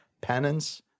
Penance